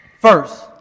First